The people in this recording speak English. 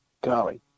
Golly